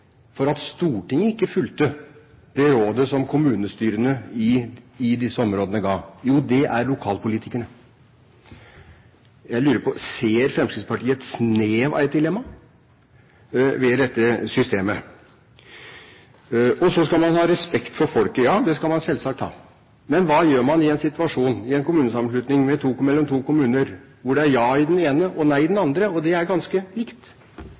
for at Stortinget ikke fulgte det rådet som kommunestyrene i disse områdene ga? Jo, det er lokalpolitikerne. Jeg lurer på: Ser Fremskrittspartiet et snev av et dilemma ved dette systemet? Så skal man ha respekt for folket. Ja, selvsagt skal man ha det. Men hva gjør man i en situasjon ved en kommunesammenslutning mellom to kommuner hvor det er ja i den ene og nei i den andre, og det er ganske